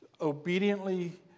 obediently